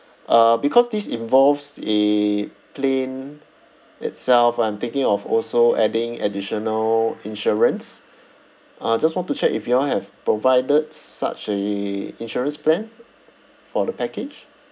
uh because this involves a plane itself I'm thinking of also adding additional insurance uh just want to check if you all have provided such a insurance plan for the package